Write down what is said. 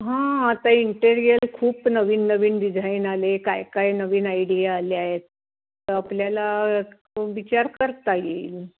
हां आता इंटेरियर खूप नवीन नवीन डिझाईन आले काय काय नवीन आयडिया आल्या आहेत तर आपल्याला विचार करता येईल